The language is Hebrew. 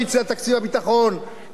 כי אמרנו לך את זה.